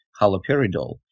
haloperidol